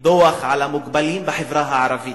פה דוח על המוגבלים בחברה הערבית,